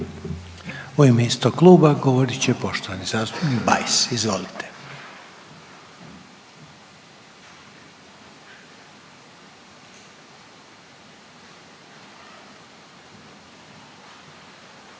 U ime istog kluba govorit će poštovani zastupnik Bajs, izvolite.